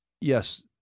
yes